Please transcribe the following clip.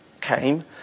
came